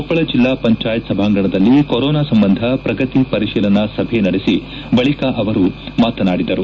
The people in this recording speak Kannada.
ಕೊಪ್ಪಳ ಜಿಲ್ಲಾ ಪಂಚಾಯತ್ ಸಭಾಂಗಣದಲ್ಲಿ ಕೊರೊನಾ ಸಂಬಂಧ ಪ್ರಗತಿಪರಿಶೀಲನಾ ಸಭೆ ನಡೆಸಿ ಬಳಿಕ ಸಚಿವರು ಮಾತನಾಡಿದರು